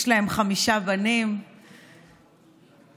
יש להם חמישה בנים: יואב,